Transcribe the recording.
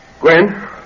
Gwen